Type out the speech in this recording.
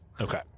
okay